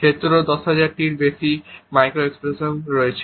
ক্ষেত্র 10000 টিরও বেশি মাইক্রো এক্সপ্রেশন রয়েছে